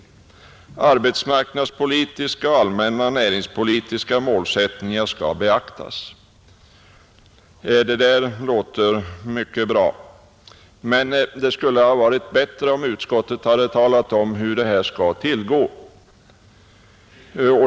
Arbetsmarknadspolitiska och allmänna näringspolitiska målsätt ningar skall beaktas. Det där låter mycket bra, men det skulle ha varit bättre om utskottet hade talat om hur det här skall tillgå.